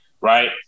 right